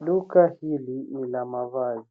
Duka hili ni la mavazi